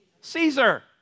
Caesar